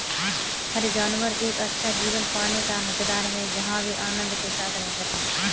हर जानवर एक अच्छा जीवन पाने का हकदार है जहां वे आनंद के साथ रह सके